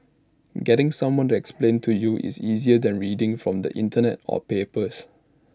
getting someone to explain to you is easier than reading from the Internet or papers